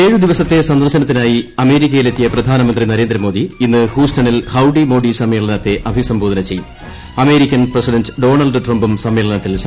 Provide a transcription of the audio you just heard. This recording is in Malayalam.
ഏഴ് ദിവസത്തെ സന്ദർശനത്തിനായി അമേരിക്കയിലെത്തിയ പ്രധാനമന്ത്രി നരേന്ദ്രമോദി ഇന്ന് ഹൂസ്റ്റണിൽ ്ഹൌഡി മോഡി സമ്മേളനത്തെ അഭിസംബോധന ചെയ്യും അമേരിക്കൻ പ്രസിഡന്റ് ഡൊണാൾഡ് ട്രംപും സ്ക്മ്മേളനത്തിൽ സംബന്ധിക്കും